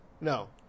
no